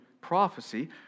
prophecy